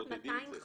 תבודדי את זה.